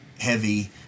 heavy